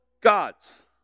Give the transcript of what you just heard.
gods